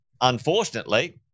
unfortunately